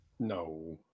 No